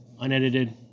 Unedited